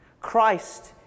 Christ